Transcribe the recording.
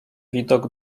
widok